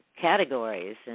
categories